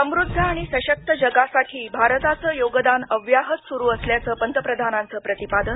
समृद्ध आणि सशक्त जगासाठी भारताचं योगदान अव्याहत सुरू असल्याचं पंतप्रधानांचं प्रतिपादन